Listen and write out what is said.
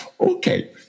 Okay